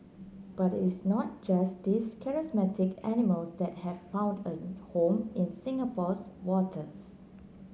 but it's not just these charismatic animals that have found a home in Singapore's waters